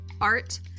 art